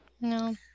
No